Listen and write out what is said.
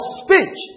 speech